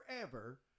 forever